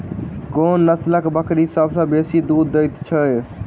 कोन नसलक बकरी सबसँ बेसी दूध देइत अछि?